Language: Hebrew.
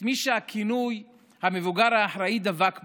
את מי שהכינוי "המבוגר האחראי" דבק בו,